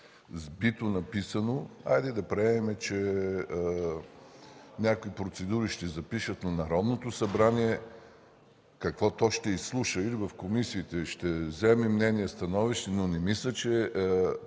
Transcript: сбито написано – хайде да приемем, че някакви процедури ще запишат на Народното събрание: какво то ще изслуша или в комисиите ще вземе становище, но не мисля, че